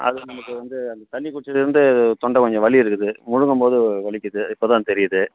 அது நமக்கு வந்து அந்த தண்ணி குடிச்சிலேருந்து தொண்ட கொஞ்சம் வலி இருக்குது முழுங்கும் போது வலிக்கிது இப்போ தான் தெரியுது